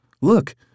Look